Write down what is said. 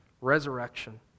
resurrection